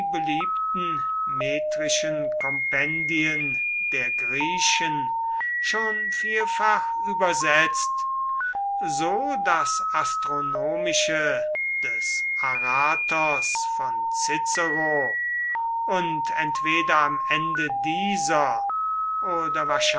beliebten metrischen kompendien der griechen schon vielfach übersetzt so das astronomische des aratos von cicero und entweder am ende dieser oder